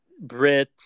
Brit